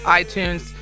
iTunes